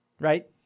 right